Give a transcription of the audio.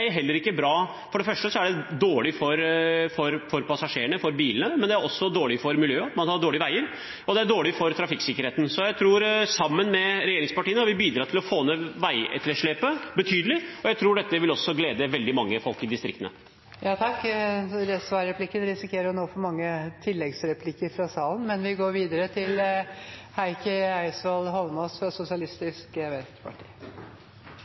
heller ikke bra. For det første er det ikke bra for passasjerene og bilene, det er heller ikke bra for miljøet at veiene er dårlige, og det er ikke bra for trafikksikkerheten. Sammen med regjeringspartiene har vi bidratt til å få ned veivedlikeholdsetterslepet betydelig, og jeg tror at det vil glede veldig mange folk i distriktene. Med denne svarreplikken risikerer man at det blir mange replikker i tillegg. Ett av de spørsmålene der salen